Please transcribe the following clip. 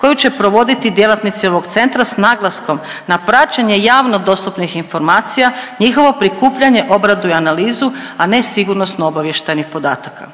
koju će provoditi djelatnici ovog centra s naglaskom na praćenje javno dostupnih informacija, njihovo prikupljanje, obradu i analizu, a ne sigurnosno-obavještajnih podataka.